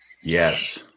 Yes